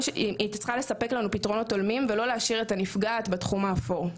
היא צריכה לספק לנו פתרונות הולמים ולא להשאיר את הנפגעת בתחום האפור.